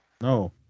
No